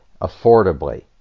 affordably